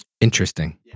Interesting